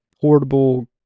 portable